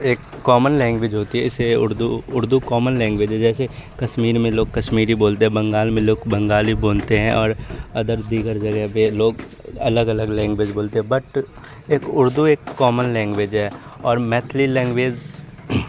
ایک common language ہوتی ہے اسے اردو اردو کامن لینگویج ہے جیسے کشمیر میں لوگ کشمیری بولتے ہیں بنگال میں لوگ بنگالی بولتے ہیں اور ادر دیگر جگہ پہ لوگ الگ الگ لینگویج بولتے ہیں بٹ ایک اردو ایک کامن لینگویج ہے اور میتھلی لینگویز